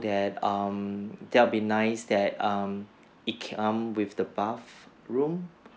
that um that would be nice that um it come with the bathroom